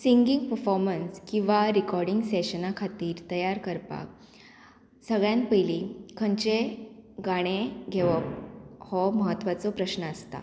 singing performance किंवां recording सेशना खातीर तयार करपाक सगळ्यांत पयली खंयचेंय गाणें घेवप हो म्हत्वाचो प्रश्न आसता